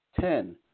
ten